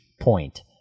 point